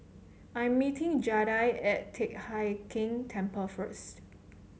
I'm meeting Jaida at Teck Hai Keng Temple first